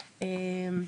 אוקיי?